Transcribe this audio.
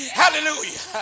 hallelujah